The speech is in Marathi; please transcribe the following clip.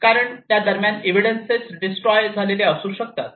कारण त्या दरम्यान एव्हिडन्स डिस्ट्रॉय झालेले असू शकतात